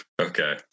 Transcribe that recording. Okay